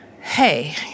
hey